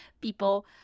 people